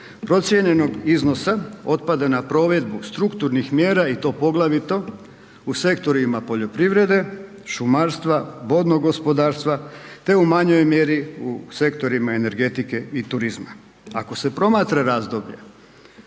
procijenjenog iznosa otpada na provedbu strukturnih mjera i to poglavito u sektorima poljoprivrede, šumarstva, vodnog gospodarstva te u manjoj mjeri u sektorima energetike i turizma. Ako se promatra razdoblje